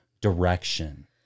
direction